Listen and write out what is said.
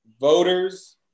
voters